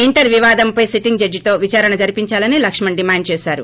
inter వివాదంపై sitting జడ్జితో విచారణ జరిపించాలని లక్కుణ్ డిమాండ్ చేశారు